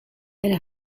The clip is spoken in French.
elle